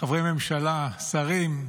חברי ממשלה, שרים,